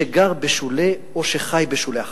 שגר או שחי בשולי החיים.